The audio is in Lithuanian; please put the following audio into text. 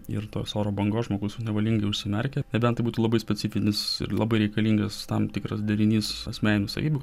ir tos oro bangos žmogus nevalingai užsimerkia nebent tai būtų labai specifinis ir labai reikalingas tam tikras derinys asmeninių savybių